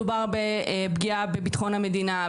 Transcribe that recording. מדובר בפגיעה בביטחון המדינה,